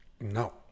No